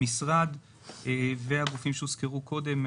משרד והגופים שהוזכרו קודם,